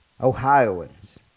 Ohioans